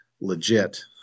legit